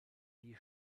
die